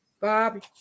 Bob